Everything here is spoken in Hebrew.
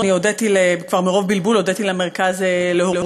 אני הודיתי מרוב בלבול למרכז להורות